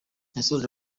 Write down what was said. yasoje